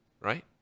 right